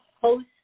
host